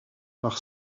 par